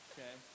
Okay